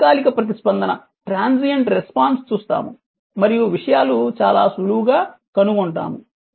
తాత్కాలిక ప్రతిస్పందన చూస్తాము మరియు విషయాలు చాలా సులువుగా కనుగొంటాము